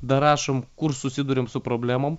darašom kur susiduriam su problemom